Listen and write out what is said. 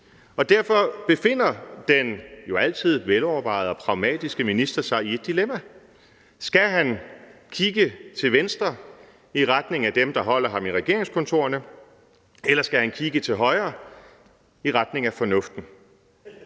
derfor befinder den jo altid velovervejede og pragmatiske minister sig i et dilemma. Skal han kigge til venstre i retning af dem, der holder ham i regeringskontorerne, eller skal han kigge til højre i retning af fornuften?